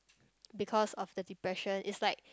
because of the depression is like